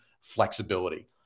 flexibility